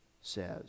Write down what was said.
says